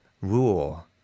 rule